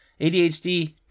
ADHD